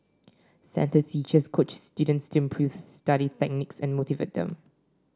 centre teachers coach students to improve study techniques and motivate them